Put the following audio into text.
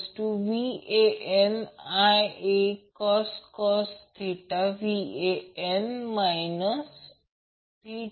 परंतु मी सांगितले आहे की Ia आणि Vbc मधील अँगल 90° आहे